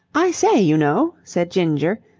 i say, you know! said ginger,